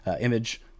image